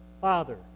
father